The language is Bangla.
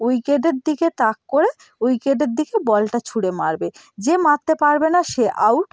উইকেটের দিকে তাক করে উইকেটের দিকে বলটা ছুঁড়ে মারবে যে মারতে পারবে না সে আউট